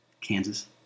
Kansas